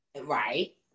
right